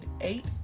eight